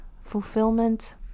fulfillment